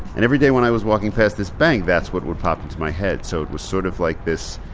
and every day when i was walking past this bank that's what would pop into my head. so it was sort of like this,